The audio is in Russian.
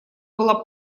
была